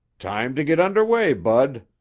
time to get under way, bud,